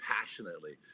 passionately